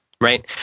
Right